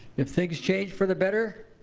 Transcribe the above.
if things change for the better,